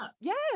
Yes